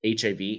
HIV